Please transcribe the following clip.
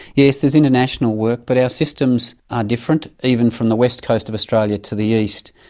yes, there's international work, but our systems are different, even from the west coast of australia to the east,